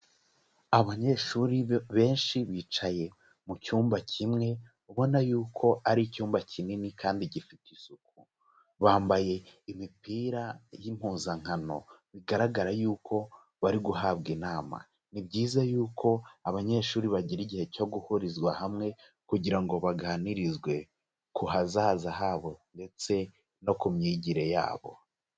Abanyeshuri benshi bicaye mu cyumba kimwe ubona yuko ari icyumba kinini kandi gifite isuku. Bambaye imipira y'impuzankano bigaragara yuko bari guhabwa inama. Ni byiza yuko abanyeshuri bagira igihe cyo guhurizwa hamwe kugira ngo baganirizwe ku hazaza habo ndetse no ku myigire yabo.